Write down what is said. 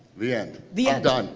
the end? the and end,